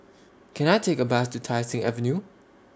Can I Take A Bus to Tai Seng Avenue